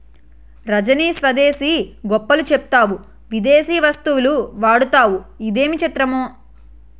రజనీ స్వదేశీ గొప్పలు చెప్తావు విదేశీ వస్తువులు వాడతావు ఇదేమి చిత్రమో